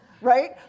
right